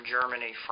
Germany